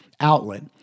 outlet